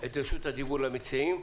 את רשות הדיבור למציעים,